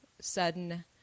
sudden